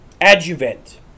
adjuvant